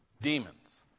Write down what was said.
demons